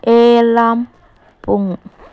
alarm ꯄꯨꯡ